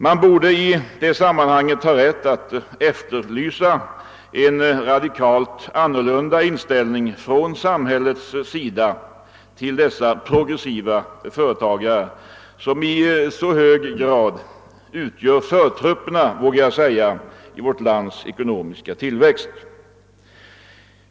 Man borde i detta sammanhang ha rätt att efterlysa en radikalt ändrad inställning från samhällets sida till dessa progressiva företagare, som i så hög grad utgör förtruppen när det gäller vårt lands ekonomiska tillväxt.